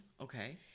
Okay